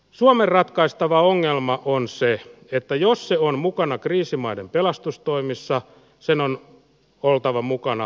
suomen ratkaistava ongelma on se että jos se on mukana kriisimaiden pelastustoimissa sen on oltava mukana